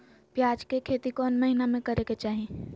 प्याज के खेती कौन महीना में करेके चाही?